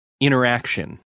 interaction